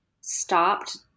stopped